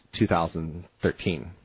2013